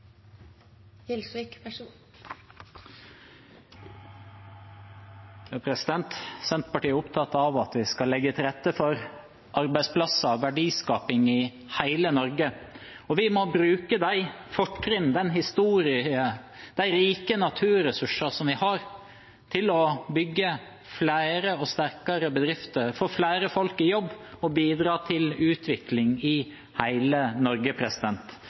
opptatt av at vi skal legge til rette for arbeidsplasser og verdiskaping i hele Norge. Vi må bruke de fortrinn, den historien og de rike naturressursene vi har, til å bygge flere og sterkere bedrifter, få flere folk i jobb og bidra til utvikling i hele Norge.